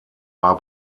war